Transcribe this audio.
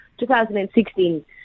2016